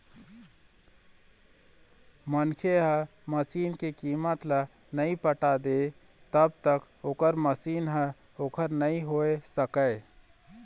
मनखे ह मसीन के कीमत ल नइ पटा दय तब तक ओ मशीन ह ओखर नइ होय सकय